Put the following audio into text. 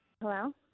Hello